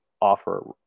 offer